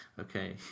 Okay